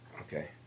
Okay